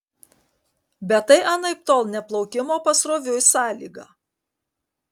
bet tai anaiptol ne plaukimo pasroviui sąlyga